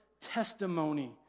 testimony